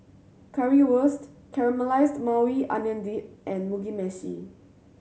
Currywurst Caramelized Maui Onion Dip and Mugi Meshi